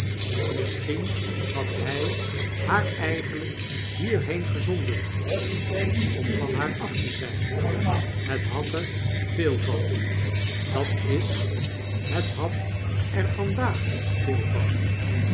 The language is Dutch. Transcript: misschien had hj haar eigenlp hierneen gezonden om van haar af te zijn het had er veel van dat is het had er vandaag veel van